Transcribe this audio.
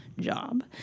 job